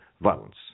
violence